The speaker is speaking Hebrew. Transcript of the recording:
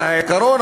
אבל העיקרון,